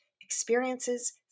experiences